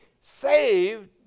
saved